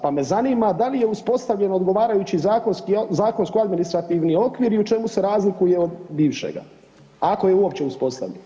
Pa me zanima, da li je uspostavljen odgovarajući zakonsko-administrativni okvir i u čemu se razlikuje od bivšega ako je uopće uspostavljen?